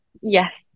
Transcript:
Yes